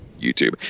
YouTube